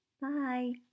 Bye